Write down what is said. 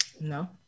No